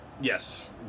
Yes